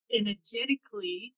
energetically